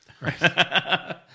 Right